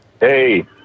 Hey